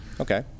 Okay